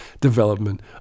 development